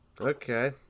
Okay